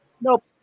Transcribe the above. Nope